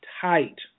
tight